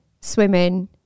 swimming